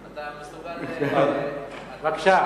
אתה מסוגל, בבקשה.